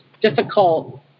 difficult